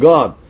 God